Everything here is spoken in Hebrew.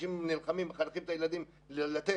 אנשים נלחמים, מחנכים את הילדים לתת